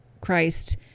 Christ